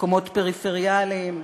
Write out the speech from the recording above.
מקומות פריפריאליים,